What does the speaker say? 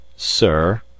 Sir